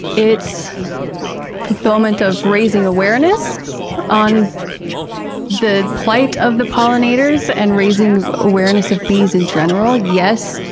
its fulfillment of raising awareness on the plight of the pollinators and raising awareness of bees in general, yes,